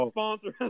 Sponsor